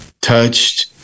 touched